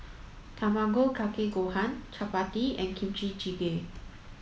Tamago Kake Gohan Chapati and Kimchi jjigae